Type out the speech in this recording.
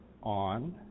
on